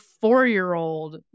four-year-old